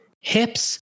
hips